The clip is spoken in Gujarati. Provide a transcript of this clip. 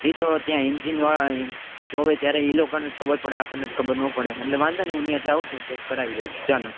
ઈ તો ત્યાં એન્જિન હોય જો હોય ત્યારે ઈ લોકોને ખબર પડે આપડને તો ખબર નો પડે એટલે વાંધો નઇ હું ન્યા જાવ છું ચેક કરાવી લઉં છું ચાલો